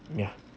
yeah